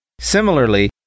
Similarly